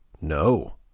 No